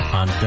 on